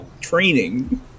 training